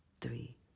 three